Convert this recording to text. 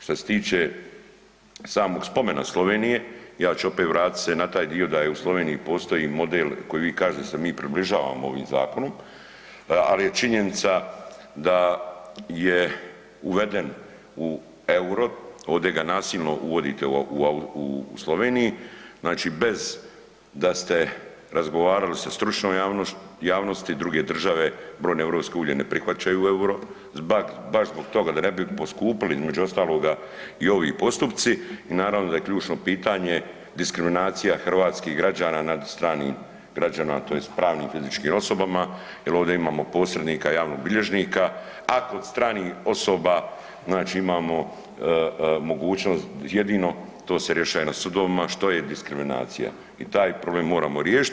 Što se tiče samog spomena Slovenije, ja ću opet vratit se na taj dio da je u Sloveniji postoji model koji vi kažete da se mi približavamo ovim zakonom, al je činjenica da je uveden u EUR-o, ovdje ga nasilno uvodite u Sloveniji, znači bez da ste razgovarali sa stručnom javnosti druge države, brojne europske unije ne prihvaćaju EUR-o baš zbog toga da ne bi poskupili između ostaloga i ovi postupci i naravno da je ključno pitanje diskriminacija hrvatskih građana nad stranim građanima tj. pravnim i fizičkim osobama jel ovdje imamo posrednika javnog bilježnika, a kod stranih osoba znači imamo mogućnost jedino to se rješaje na sudovima, što je diskriminacija i taj problem moramo riješiti.